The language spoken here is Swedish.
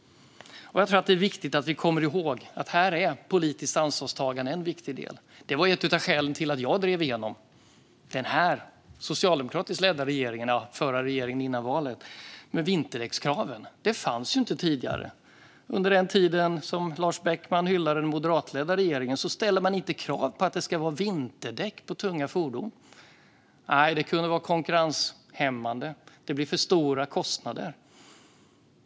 Jag tror att det är viktigt att komma ihåg att politiskt ansvarstagande är en viktig del här. Det var ett av skälen till att jag, den socialdemokratiskt ledda regeringen och den socialdemokratiskt ledda regering som var före valet drev igenom vinterdäckskraven. Det fanns inga sådana krav tidigare. Under den moderatledda regeringen, som Lars Beckman hyllade, ställde man inte krav på vinterdäck för tunga fordon. Det kunde vara konkurrenshämmande, och det blir för stora kostnader.